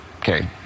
Okay